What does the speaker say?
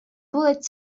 bullet